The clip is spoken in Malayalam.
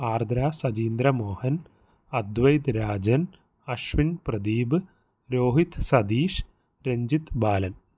ആർദ്ര സജീന്ദ്ര മോഹൻ അദ്വൈത് രാജൻ അശ്വിൻ പ്രദീപ് രോഹിത്ത് സതീഷ് രഞ്ജിത്ത് ബാലൻ